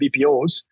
BPOs